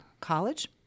college